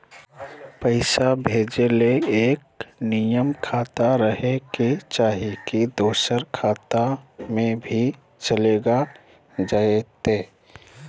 पैसा भेजे ले एके नियर खाता रहे के चाही की दोसर खाता में भी चलेगा जयते?